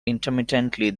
intermittently